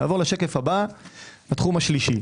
נעבור לתחום השלישי.